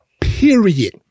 period